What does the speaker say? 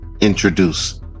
introduce